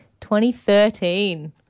2013